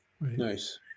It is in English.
Nice